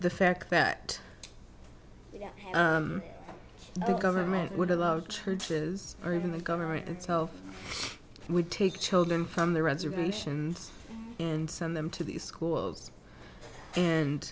the fact that the government would have loved churches or even the government itself would take children from their reservations and send them to these schools and